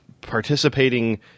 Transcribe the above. participating